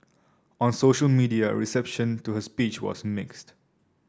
on social media reception to her speech was mixed